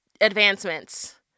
advancements